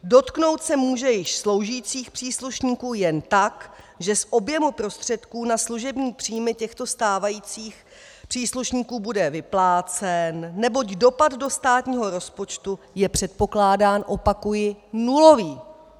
Dotknout se může již sloužících příslušníků jen tak, že z objemu prostředků na služební příjmy těchto stávajících příslušníků bude vyplácen, neboť dopad do státního rozpočtu je předpokládán opakuji nulový.